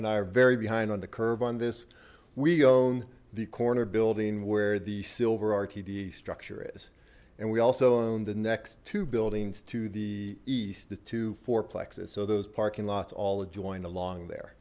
and i are very behind on the curve on this we own the corner building where the silver rtd structure is and we also own the next two buildings to the east the two four plexus so those parking lots all joined along there